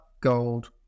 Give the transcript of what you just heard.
Gold